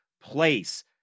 place